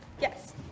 Yes